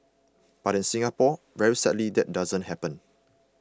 but in Singapore very sadly that doesn't happen